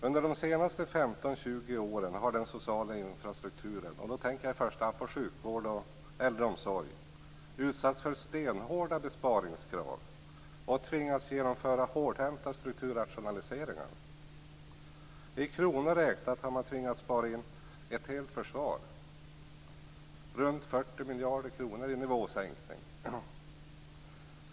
Under de senaste 15-20 åren har den sociala infrastrukturen, främst sjukvård och äldreomsorg, utsatts för stenhårda besparingskrav och tvingats genomföra hårdhänta strukturrationaliseringar. I kronor räknat har man tvingats spara in ett helt försvar - runt 40 miljarder kronor i nivåsänkning.